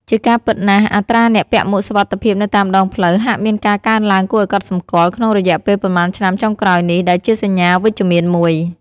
ជាការពិតណាស់ អត្រាអ្នកពាក់មួកសុវត្ថិភាពនៅតាមដងផ្លូវហាក់មានការកើនឡើងគួរឱ្យកត់សម្គាល់ក្នុងរយៈពេលប៉ុន្មានឆ្នាំចុងក្រោយនេះ ដែលជាសញ្ញាវិជ្ជមានមួយ។